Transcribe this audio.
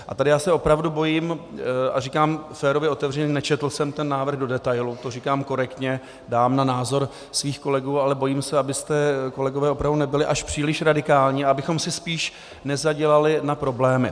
A tady se opravdu bojím, a říkám férově, otevřeně, nečetl jsem ten návrh do detailu, to říkám korektně, dám na názor svých kolegů, ale bojím se, abyste, kolegové, opravdu nebyli až příliš radikální a abychom si spíš nezadělali na problémy.